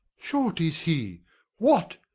sure tis he what!